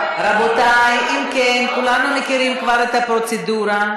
רבותי, אם כן, כולנו מכירים כבר את הפרוצדורה.